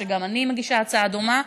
וגם אני מגישה הצעה דומה,